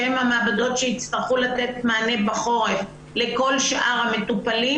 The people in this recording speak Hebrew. שהן המעבדות שיצטרכו לתת מענה בחורף לכל שאר המטופלים,